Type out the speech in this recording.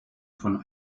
von